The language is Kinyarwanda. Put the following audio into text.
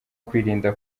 kwirinda